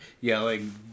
yelling